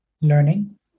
learning